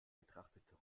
betrachtete